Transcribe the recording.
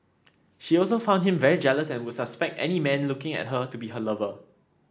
she also found him very jealous and would suspect any man looking at her to be her lover